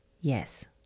yes